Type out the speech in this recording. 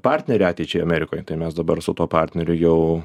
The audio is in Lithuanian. partnerį ateičiai amerikoj tai mes dabar su tuo partneriu jau